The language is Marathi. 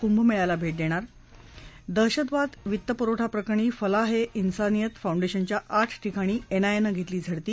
कुंभमेळ्याला भेट देणार दहशतवाद वित्तपुरवठा प्रकरणी फलाह ए इन्सानियत फाऊंडेशनच्या आठ ठिकाणी एनआयएनं घेतली झडती